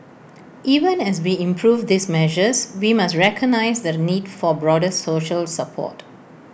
even as we improve these measures we must recognise the need for broader social support